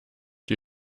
die